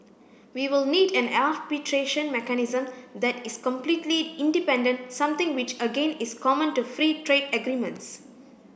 we will need an arbitration mechanism that is completely independent something which again is common to free trade agreements